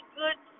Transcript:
good